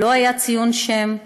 לא היה ציון שם,